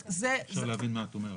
קשה להבין מה את אומרת.